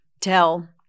tell